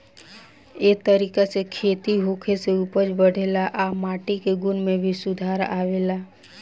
ए तरीका से खेती होखे से उपज बढ़ेला आ माटी के गुण में भी सुधार आवेला